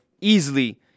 easily